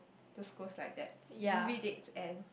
just goes like that movie dates and